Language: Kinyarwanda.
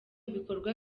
bikorwa